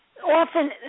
Often